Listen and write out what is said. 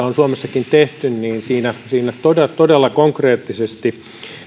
on suomessakin tehty siinä todella todella konkreettisesti